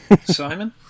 Simon